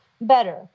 better